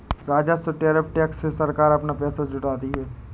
राजस्व tariff tax से सरकार अपना पैसा जुटाती है